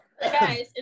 Guys